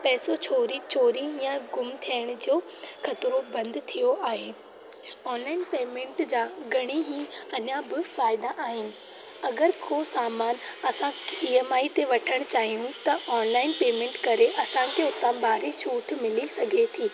पैसो छोरी चोरी या गुमु थियण जो ख़तरो बंदि थियो आहे ऑनलाईन पेमेंट जा घणे ई अञा बि फ़ाइदा आहिनि अगरि को सामानु असां ई एम आई ते वठणु चाहियूं त ऑनलाईन पेमेंट करे असां खे उतां भारी छूटि मिली सघे थी